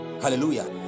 hallelujah